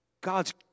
God's